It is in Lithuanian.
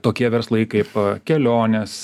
tokie verslai kaip kelionės